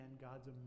god's